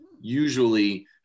usually